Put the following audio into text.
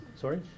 Sorry